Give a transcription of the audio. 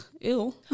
ew